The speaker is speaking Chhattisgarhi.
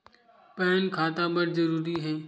पैन खाता बर जरूरी हे?